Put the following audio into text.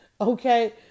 Okay